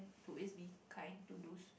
to always be kind to those